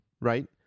right